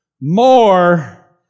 more